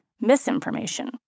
misinformation